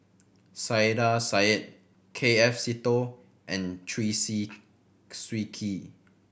Saiedah Said K F Seetoh and Chew Swee Kee